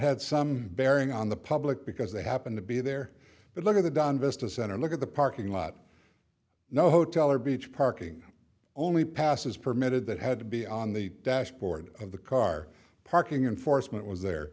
had some bearing on the public because they happened to be there but later the done business center look at the parking lot no hotel or beach parking only passes permitted that had to be on the dashboard of the car parking enforcement was there